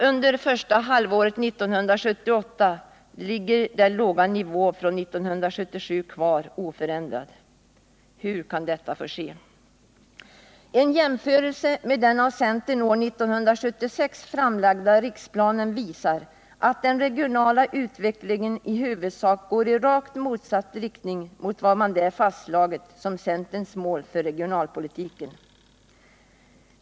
Under första halvåret 1978 ligger den låga nivån från 1977 kvar oförändrad. En jämförelse med den av centern år 1976 framlagda riksplanen visar att den regionala utvecklingen i huvudsak går i rakt motsatt riktning mot vad man där fastslagit som centerns mål för regionalpolitiken.